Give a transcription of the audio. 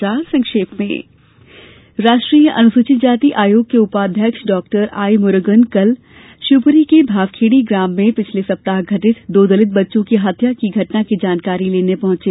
समाचार संक्षेप में राष्ट्रीय अनुसूचित जाति आयोग के उपाध्यक्ष डॉ आई मुरुगन कल शिवपुरी के भावखेड़ी ग्राम में पिछले सप्ताह घटित घटना दो दलित बच्चों की हत्या की जानकारी लेने पहुंचे